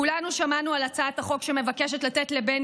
כולנו שמענו על הצעת החוק שמבקשת לתת לבן